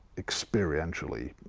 experientially,